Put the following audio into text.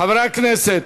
חברי הכנסת,